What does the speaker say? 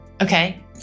Okay